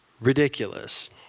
ridiculous